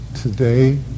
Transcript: today